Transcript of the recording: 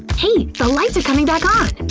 hey! the lights are coming back on!